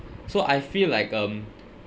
so I feel like um